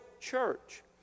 church